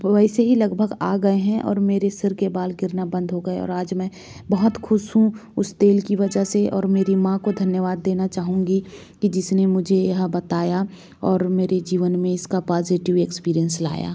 वैसे ही लगभग आ गए हैं और मेरे सिर के बाल गिरना बंद हो गए और आज मैं बहुत खुश हूँ उस तेल की वजह से और मेरी माँ को धन्यवाद देना चाहूँगी कि जिसने मुझे यह बताया और मेरे जीवन में इसका पाज़िटिव एक्सपीरियंस लाया